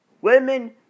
Women